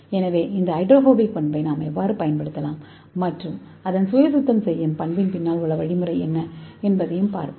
எனவே இந்த ஹைட்ரோபோபிக் பண்புகளை நாம் எவ்வாறு பயன்படுத்தலாம் மற்றும் அதன் சுய சுத்தம் செய்யும் பண்புகளை பின்னால் உள்ள வழிமுறை என்ன என்பதைப் பார்ப்போம்